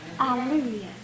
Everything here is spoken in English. Hallelujah